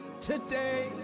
today